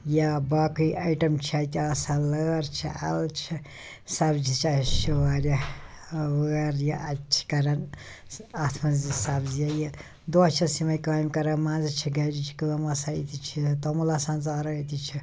یا باقٕے آیٹَم چھِ اَتہِ آسان لٲر چھِ اَلہٕ چھِ سبزی چھِ اَسہِ چھِ واریاہ وٲر یہِ اَتہِ چھِ کَران اَتھ مَنٛز یہِ سبزِیہ یہِ دۄہَس چھَس یِمَے کامہِ کران مَنٛزٕ چھِ گَجِچ کٲم آسان أتی چھِ توٚمُل آسان ژارُن أتی چھِ